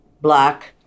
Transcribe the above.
black